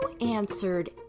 answered